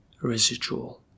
residual